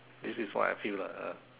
this is what I feel lah ah